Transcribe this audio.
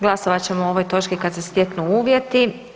Glasovat ćemo o ovoj točki kada se steknu uvjeti.